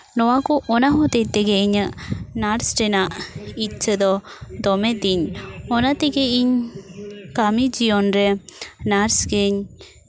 ᱱᱚᱣᱟ ᱠᱚ ᱚᱱᱟ ᱦᱚᱛᱮᱫ ᱛᱮᱜᱮ ᱤᱧᱟᱹᱜ ᱱᱟᱨᱥ ᱨᱮᱱᱟᱜ ᱤᱪᱪᱷᱟᱹ ᱫᱚ ᱫᱚᱢᱮ ᱛᱤᱧ ᱚᱱᱟ ᱛᱮᱜᱮ ᱤᱧ ᱠᱟᱹᱢᱤ ᱡᱤᱭᱚᱱ ᱨᱮ ᱱᱟᱨᱥ ᱜᱤᱧ